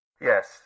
Yes